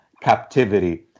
captivity